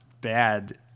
bad